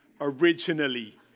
originally